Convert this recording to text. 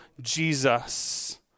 Jesus